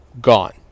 Gone